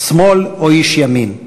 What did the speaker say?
שמאל או איש ימין.